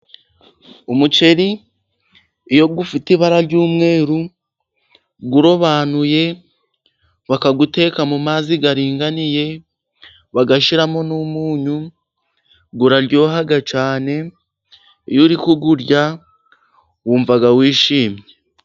Umuceri iyo ufite ibara ry'umweru urobanuye bakawuteka mu mazi aringaniye , bagashyiramo umunyu uraryoha cyane. Iyo uri kuwurya wumva wishimye.